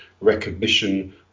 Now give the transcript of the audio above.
recognition